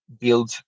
build